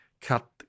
Cut